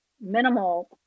minimal